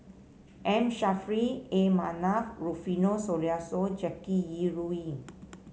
M Saffri A Manaf Rufino Soliano Jackie Yi Ru Ying